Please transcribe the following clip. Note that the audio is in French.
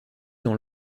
dans